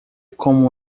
como